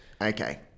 Okay